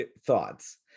thoughts